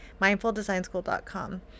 MindfulDesignSchool.com